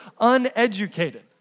uneducated